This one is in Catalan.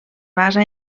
basa